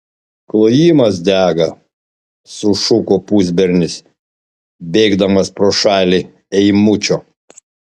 klojimas dega sušuko pusbernis bėgdamas pro šalį eimučio